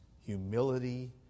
humility